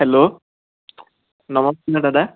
hello নমস্কাৰ দাদা